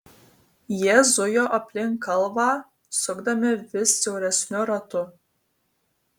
jie zujo aplink kalvą sukdami vis siauresniu ratu